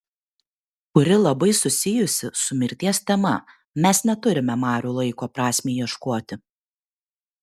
kuri labai susijusi su mirties tema mes neturime marių laiko prasmei ieškoti